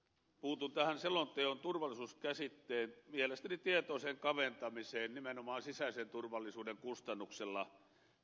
puutun tähän selonteon turvallisuuskäsitteen mielestäni tietoiseen kaventamiseen nimenomaan sisäisen turvallisuuden kustannuksella